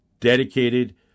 dedicated